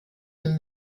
tim